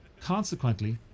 Consequently